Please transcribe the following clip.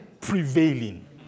prevailing